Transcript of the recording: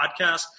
podcast